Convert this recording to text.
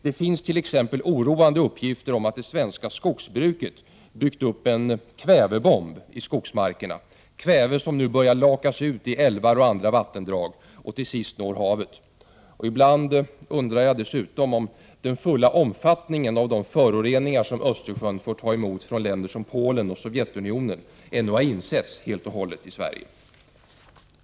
Det finns t.ex. oroande uppgifter om att det svenska skogsbruket har byggt upp en kvävebomb i skogsmarkerna, kväve som nu börjar lakas ut i älvar och andra vattendrag och till sist når havet. Ibland undrar jag dessutom om den fulla omfattningen av de föroreningar som Östersjön får ta emot från länder som Polen och Sovjetunionen ännu insetts helt och hållet i Sverige.